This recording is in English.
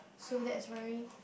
so that's very